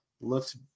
Looks